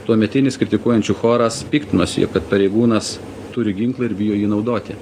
tuometinis kritikuojančių choras piktinosi jog kad pareigūnas turi ginklą ir bijo jį naudoti